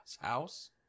house